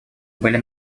были